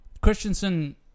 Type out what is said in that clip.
Christensen